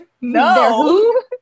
no